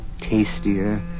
tastier